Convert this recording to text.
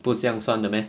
不是这样算的 meh